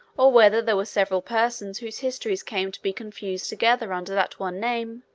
or whether there were several persons whose histories came to be confused together under that one name,